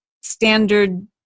standard